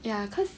ya cause